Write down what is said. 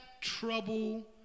trouble